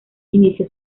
inició